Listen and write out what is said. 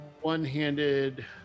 one-handed